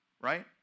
Right